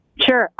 Sure